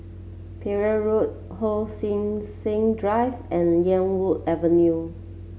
Parry Road Hon Sui Sen Drive and Yarwood Avenue